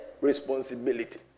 responsibility